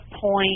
point